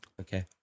Okay